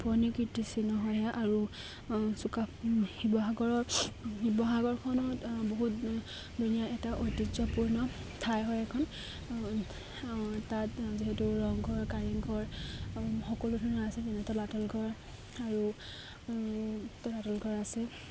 পুৰণি কৃতিচিহ্ন হয় সেয়া আৰু চুকা শিৱসাগৰৰ শিৱসাগৰখনত বহুত ধুনীয়া এটা ঐতিহ্যপূৰ্ণ ঠাই হয় এখন তাত যিহেতু ৰংঘৰ কাৰেংঘৰ সকলো ধৰণৰ আছে যেনে তলাতল ঘৰ আৰু তলাতল ঘৰ আছে